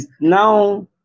now